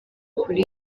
kuri